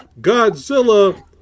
Godzilla